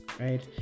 right